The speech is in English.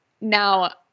now